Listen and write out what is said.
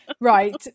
Right